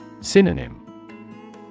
Synonym